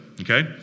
okay